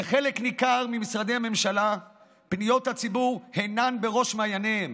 בחלק ניכר ממשרדי הממשלה פניות הציבור אינן בראש מעייניהם.